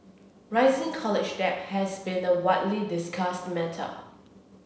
rising college debt has been a widely discussed matter